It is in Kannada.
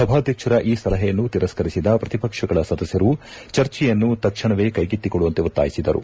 ಸಭಾಧ್ಯಕ್ಷರ ಈ ಸಲಹೆಯನ್ನು ತಿರಸ್ಕರಿಸಿದ ಪ್ರತಿಪಕ್ಷಗಳ ಸದಸ್ಕರು ಚರ್ಚೆಯನ್ನು ತಕ್ಷಣವೇ ಕೈಗೆತ್ತಿಕೊಳ್ಳುವಂತೆ ಒತ್ತಾಯಿಸಿದರು